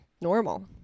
normal